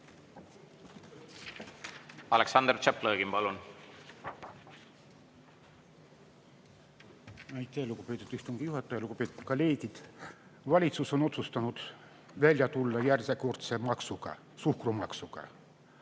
Aleksandr Tšaplõgin, palun! Aitäh, lugupeetud istungi juhataja! Lugupeetud kolleegid! Valitsus on otsustanud välja tulla järjekordse maksuga: suhkrumaksuga.